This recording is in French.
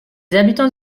habitants